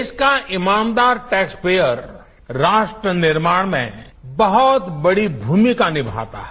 देश का ईमानदार टैक्स पेयर राष्ट्र निर्माण में बहुत बड़ी भूमिका निभाता है